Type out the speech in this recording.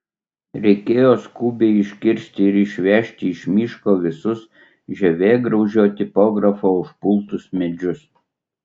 reikėjo skubiai iškirsti ir išvežti iš miško visus žievėgraužio tipografo užpultus medžius